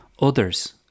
others